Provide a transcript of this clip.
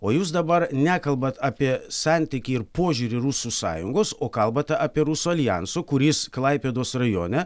o jūs dabar nekalbat apie santykį ir požiūrį rusų sąjungos o kalbate apie rusų aljansą kuris klaipėdos rajone